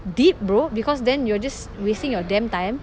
deep bro because then you're just wasting your damn time